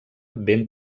ben